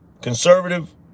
Conservative